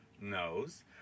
knows